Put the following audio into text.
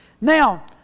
Now